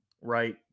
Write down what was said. right